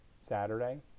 Saturday